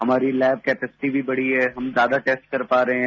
हमारी lab capacity भी बढ़ी है हम ज्यादा टेस्ट कर पा रहे हैं